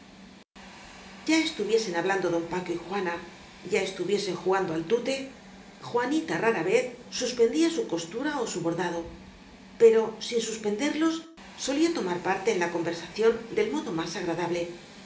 ya estuviesen hablando don paco y juana ya es tuviesen jugando al tute juanita rara vez suspendía su costura ó su bordado pero sin suspenderlos solía tomar parte en la conversación del modo más agradable